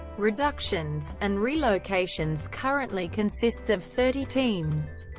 reductions, and relocations currently consists of thirty teams.